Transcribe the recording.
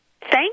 Thank